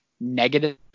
negative